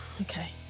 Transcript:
okay